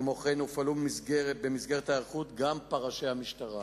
כמו כן הופעלו במסגרת ההיערכות פרשי המשטרה.